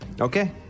okay